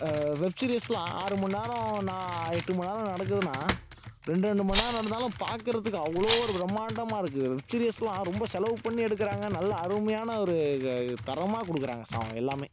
வெப்சீரிஸில் ஆறு மணிநேரோம் நா எட்டு மணிநேரோம் நடக்குதுனால் ரெண்டு ரெண்டு மணிநேரோம் நடந்தாலும் பார்க்குறதுக்கு அவ்வளோ ஒரு பிரமாண்டமாக இருக்குது வெப்சீரிஸ்லாம் ரொம்ப செலவு பண்ணி எடுக்கிறாங்க நல்ல அருமையான ஒரு தரமாக கொடுக்குறாங்க சாங் எல்லாமே